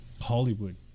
Hollywood